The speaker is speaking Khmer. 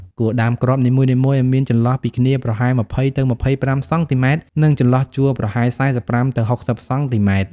គួរដាំគ្រាប់នីមួយៗឱ្យមានចន្លោះពីគ្នាប្រហែល ២០ ទៅ ២៥ សង់ទីម៉ែត្រ និងចន្លោះជួរប្រហែល ៤៥ ទៅ ៦០ សង់ទីម៉ែត្រ។